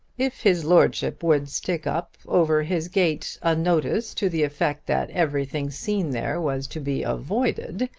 if his lordship would stick up over his gate a notice to the effect that everything seen there was to be avoided,